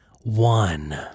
one